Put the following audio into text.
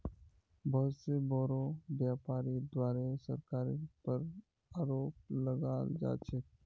बहुत स बोरो व्यापीरीर द्वारे सरकारेर पर आरोप लगाल जा छेक